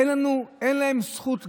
אין להם זכות,